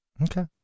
Okay